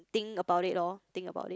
think about it loh think about it